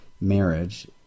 marriage